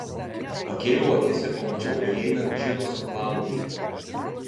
pakėliau akis ir pamačiau įeinant džiną su klaudija